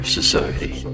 Society